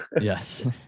Yes